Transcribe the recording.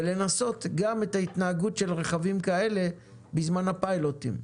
ולנסות גם את ההתנהגות של רכבים כאלה בזמן הפיילוטים.